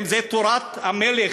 אם זה תורת המלך,